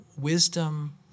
wisdom